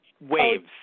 waves